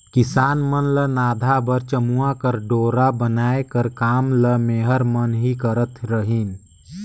किसान मन ल नाधा बर चमउा कर डोरा बनाए कर काम ल मेहर मन ही करत रहिन